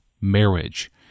marriage